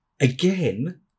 again